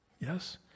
yes